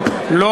טוב,